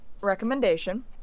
recommendation